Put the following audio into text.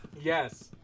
Yes